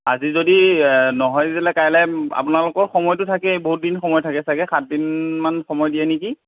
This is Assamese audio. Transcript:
আজি যদি নহয় তেতিয়াহ'লে কাইলৈ আপোনালোকৰ সময়টো থাকেই বহুত দিন সময় থাকে চাগে সাতদিন মান সময় দিয়ে নেকি